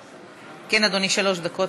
כן, אדוני, שלוש דקות.